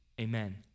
Amen